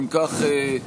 אם כך,